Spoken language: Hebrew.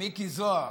מיקי זוהר,